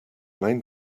main